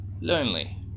lonely